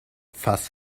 fuss